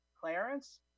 Clarence